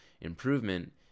improvement